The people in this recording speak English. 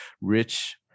rich